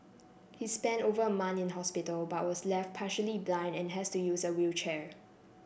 he spent over a month in hospital but was left partially blind and has to use a wheelchair